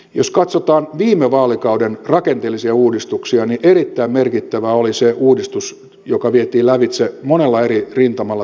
jos katsotaan viime vaalikauden rakenteellisia uudistuksia niin erittäin merkittävä oli tämän harmaan talouden torjunnan kohdalta se uudistus joka vietiin lävitse monella eri rintamalla